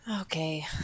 okay